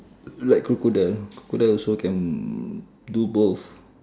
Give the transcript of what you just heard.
like crocodile crocodile also can do both